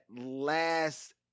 last